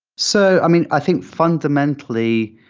so i mean, i think fundamentally,